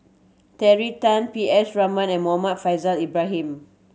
Terry Tan P S Raman and Muhammad Faishal Ibrahim